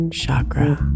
chakra